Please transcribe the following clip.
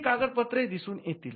ही कागद पत्रे दिसून येतील